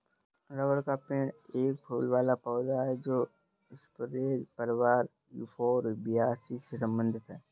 rubber का पेड़ एक फूल वाला पौधा है जो स्परेज परिवार यूफोरबियासी से संबंधित है